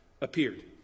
appeared